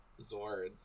zords